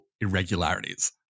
irregularities